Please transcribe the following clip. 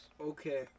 Okay